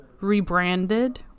rebranded